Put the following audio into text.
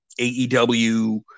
AEW